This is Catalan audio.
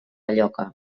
lloca